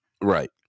right